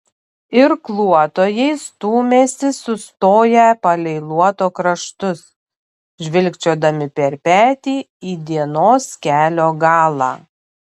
irkluotojai stūmėsi sustoję palei luoto kraštus žvilgčiodami per petį į dienos kelio galą